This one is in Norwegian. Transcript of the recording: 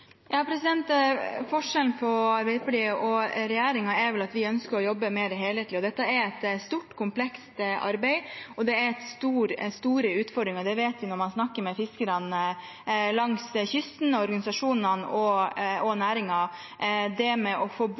Forskjellen på Arbeiderpartiet og regjeringen er vel at vi ønsker å jobbe mer helhetlig. Dette er et stort og komplekst arbeid, og det er store utfordringer. Det vet vi når vi snakker med fiskerne langs kysten, organisasjonene og næringen. Det å få